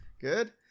Good